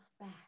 back